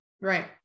right